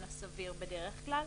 הסביר בדרך כלל.